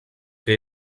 que